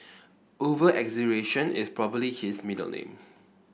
over exaggeration is probably his middle name